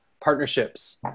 partnerships